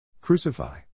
Crucify